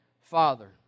father